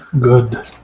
Good